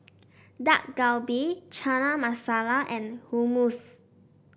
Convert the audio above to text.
Dak Galbi Chana Masala and Hummus